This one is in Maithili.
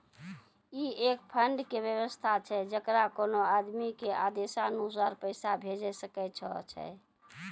ई एक फंड के वयवस्था छै जैकरा कोनो आदमी के आदेशानुसार पैसा भेजै सकै छौ छै?